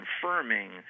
confirming